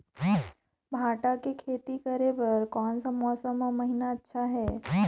भांटा के खेती करे बार कोन सा मौसम अउ महीना अच्छा हे?